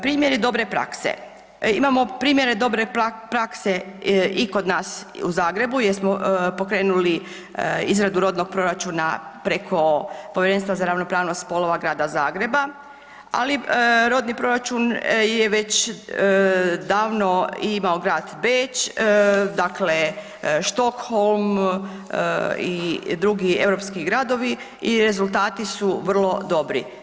Primjeri dobre prakse, imamo primjere dobre prakse i kod nas u Zagrebu jer smo pokrenuli izradu rodnog proračuna preko Povjerenstva za ravnopravnost spolova Grada Zagreba, ali rodni proračun je već davno imao grad Beč, Štokholm i drugi europski gradovi i rezultati su vrlo dobri.